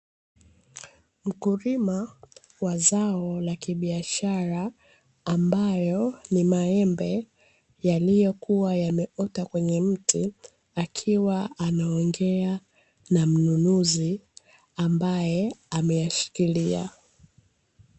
Mkulima wa zao la kibiashara ambayo ni maembe yaliyokuwa yameota kwenye mti, akiwa anaongea na mnunuzi ambaye ameyashikilia.